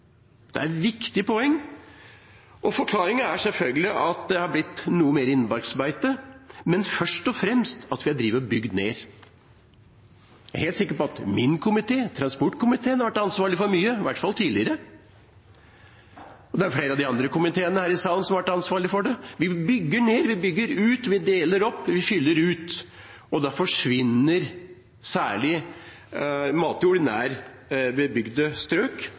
noe mer innmarksbeite, men først og fremst at vi har bygd ned. Jeg er helt sikker på at komiteen jeg sitter i, transport- og kommunikasjonskomiteen, har vært ansvarlig for mye, i hvert fall tidligere. Det er også flere av de andre komiteene her i salen som har vært ansvarlige for det. Vi bygger ned, vi bygger ut, vi deler opp, vi fyller ut. Da forsvinner særlig matjord nær bebygde strøk,